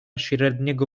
średniego